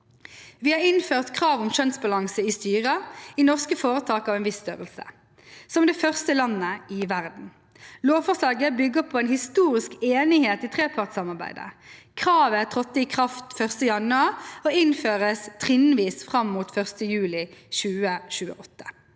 Vi har innført krav om kjønnsbalanse i styrer i norske foretak av en viss størrelse, som det første landet i verden. Lovforslaget bygger på en historisk enighet i trepartssamarbeidet. Kravet trådte i kraft 1. januar og innføres trinnvis fram mot 1. juli 2028.